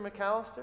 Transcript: McAllister